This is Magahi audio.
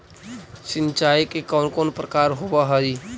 सिंचाई के कौन कौन प्रकार होव हइ?